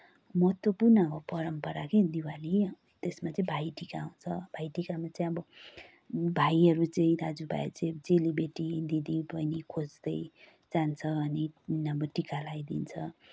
महत्त्वपूर्ण हो परम्परा कि दिवाली त्यसमा चाहिँ भाइटिका आउँछ भाइटिकामा चाहिँ अब भाइहरू चाहिँ दाजुभाइ चाहिँ चेलिबेटी दिदीबहिनी खोज्दै जान्छ अनि अब टिका लाइदिन्छ